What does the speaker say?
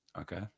Okay